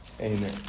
Amen